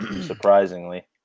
surprisingly